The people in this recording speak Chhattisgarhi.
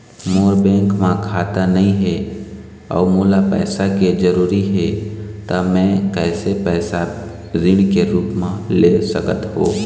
मोर बैंक म खाता नई हे अउ मोला पैसा के जरूरी हे त मे कैसे पैसा ऋण के रूप म ले सकत हो?